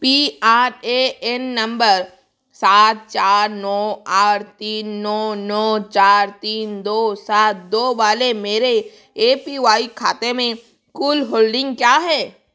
P R A N number सात चार नौ आठ तीन नौ नौ चार तीन दो सात दो वाले मेरे ए पी वाई खाते में कुल होल्डिंग क्या है